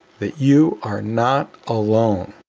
that you are not alone.